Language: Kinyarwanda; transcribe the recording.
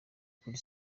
kuri